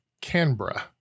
canberra